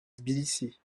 tbilissi